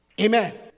Amen